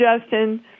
Justin